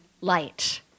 light